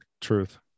truth